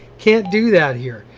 can't do that here,